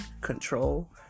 Control